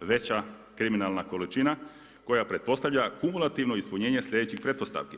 veća kriminalna količina koja pretpostavlja kumulativno ispunjena sljedećih pretpostavki.